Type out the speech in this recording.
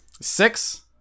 Six